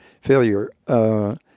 Failure